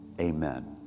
Amen